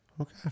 Okay